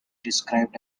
described